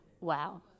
Wow